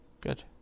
Good